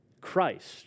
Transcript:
Christ